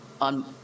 on